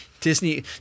Disney